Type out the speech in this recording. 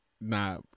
Nah